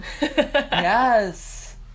Yes